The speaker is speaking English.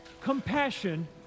Compassion